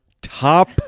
top